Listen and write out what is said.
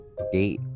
okay